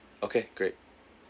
okay great